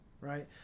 right